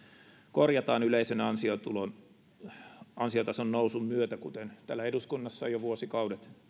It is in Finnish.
korjataan yleisen ansiotason nousun myötä kuten täällä eduskunnassa on jo vuosikaudet